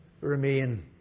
remain